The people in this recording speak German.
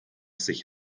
sich